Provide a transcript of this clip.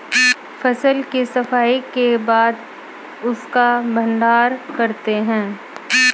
फसल की सफाई के बाद उसका भण्डारण करते हैं